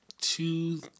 two